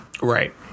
right